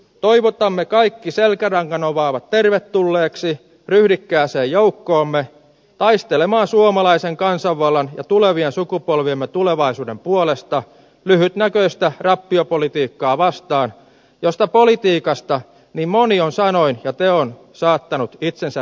toivotamme kaikki selkärangan omaavat tervetulleiksi ryhdikkääseen joukkoomme taistelemaan suomalaisen kansanvallan ja tule vien sukupolviemme tulevaisuuden puolesta lyhytnäköistä rappiopolitiikkaa vastaan josta politiikasta niin moni on sanoin ja teoin saattanut itsensä riippuvaiseksi